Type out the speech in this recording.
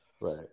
Right